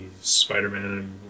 Spider-Man